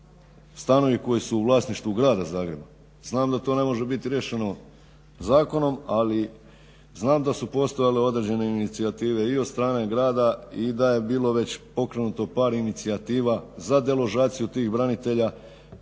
stanovi koji su u vlasništvu grada Zagreba, znam da to ne može biti riješeno zakonom, ali znam da su postojale određene inicijative i od strane grada i da je bilo već pokrenuto par inicijativa za deložaciju tih branitelja,